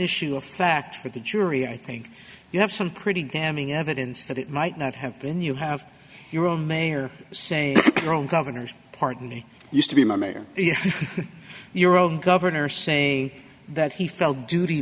issue of fact for the jury i think you have some pretty damning evidence that it might not have been you have your own mayor saying your own governor's pardon me used to be my mayor your own governor say that he felt duty